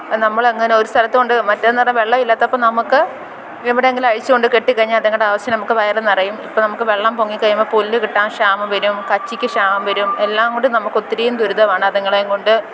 അത് നമ്മൾ അങ്ങനെ ഒരു സ്ഥലത്ത് കൊണ്ടുപോയി മറ്റേതെന്ന് പറഞ്ഞാൽ വെള്ളം ഇല്ലാത്തപ്പം നമുക്ക് എവിടെയെങ്കിലും അഴിച്ച് കൊണ്ട് കെട്ടിക്കഴിഞ്ഞാൽ അത്ങ്ങടെ ആവിശ്യത്തിന് നമുക്ക് വയറ് നിറയും ഇപ്പം നമുക്ക് വെള്ളം പൊങ്ങിക്കഴിയുമ്പം പുല്ല് കിട്ടാന് ക്ഷാമം വരും കച്ചിക്ക് ക്ഷാമം വരും എല്ലാംകൊണ്ടും നമുക്ക് ഒത്തിരിയും ദുരിതമാണ് അത്ങ്ങളെയുംകൊണ്ട്